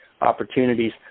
opportunities